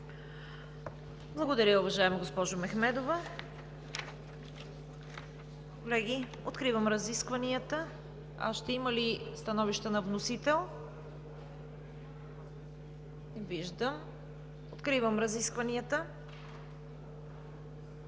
Благодаря Ви, уважаема госпожо Мехмедова.